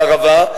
לערבה,